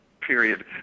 Period